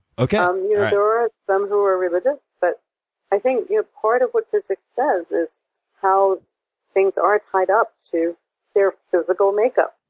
um yeah there are some who are religious, but i think yeah part of what physics says is how things are tied up to their physical makeup.